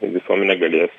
visuomenė galės